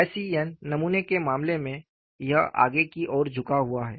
SEN नमूने के मामले में यह आगे की ओर झुका हुआ है